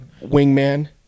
wingman